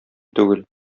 түгел